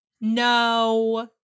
No